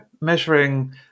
measuring